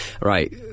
right